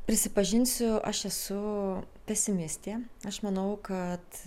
prisipažinsiu aš esu pesimistė aš manau kad